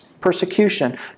persecution